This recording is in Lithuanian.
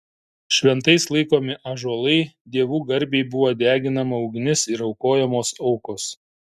šventais laikomi ąžuolai dievų garbei buvo deginama ugnis ir aukojamos aukos